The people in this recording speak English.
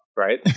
right